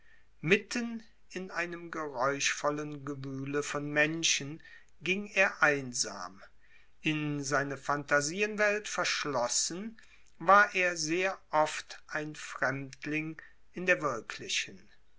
mitten in einem geräuschvollen gewühle von menschen ging er einsam in seine phantasienwelt verschlossen war er sehr oft ein fremdling in der wirklichen